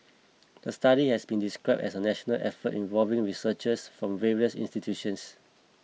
the study has been described as a national effort involving researchers from various institutions